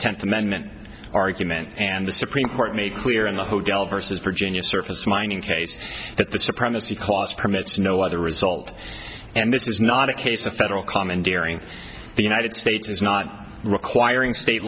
tenth amendment argument and the supreme court made clear in the hotel versus virginia surface mining case that the supremacy clause permits no other result and this is not a case of federal commandeering the united states is not requiring state